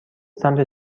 سمت